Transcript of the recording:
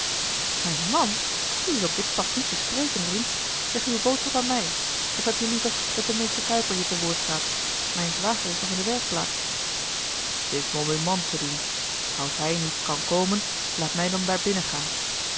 mijn man die is op dit pas niet te spreken vriend zeg uwe boodschap aan mij of heb je liever dat de meester kuiper je te woord staat mijn zwager is nog in de werkplaats t is me om uw man te doen als hij niet kan komen laat mij dan daar binnengaan